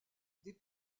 des